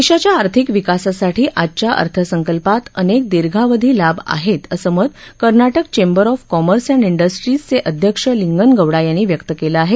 देशाच्या आर्थिक विकासासाठी आजच्या अर्थसंकल्पात अनेक दीर्घावधी लाभ आहेत असं मत Karnataka chamber of commerce and इंडस्ट्रीचे अध्यक्ष लिंगनगौडा यांनी व्यक्त केलं आहे